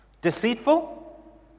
deceitful